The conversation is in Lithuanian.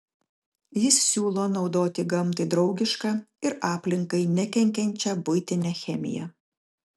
jis siūlo naudoti gamtai draugišką ir aplinkai nekenkiančią buitinę chemiją